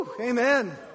Amen